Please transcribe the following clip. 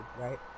right